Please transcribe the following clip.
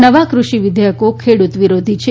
નવા કૃષિ વિઘેયકો ખેડૂત વિરોધી છે